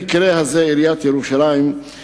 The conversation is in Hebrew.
במקרה הזה עיריית ירושלים,